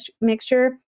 mixture